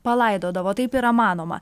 palaidodavo taip yra manoma